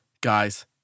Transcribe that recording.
guys